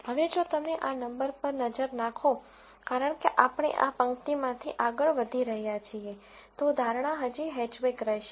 હવે જો તમે આ નંબર પર નજર નાખો કારણ કે આપણે આ પંક્તિમાંથી આગળ વધી રહ્યા છીએ તો ધારણા હજી હેચબેક રહેશે